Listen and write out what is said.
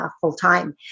full-time